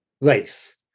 race